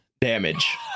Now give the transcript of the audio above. damage